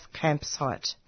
campsite